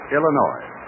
Illinois